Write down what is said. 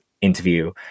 interview